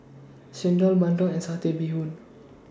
Chendol Bandung and Satay Bee Hoon